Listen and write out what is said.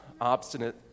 obstinate